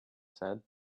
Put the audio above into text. said